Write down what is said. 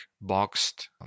boxed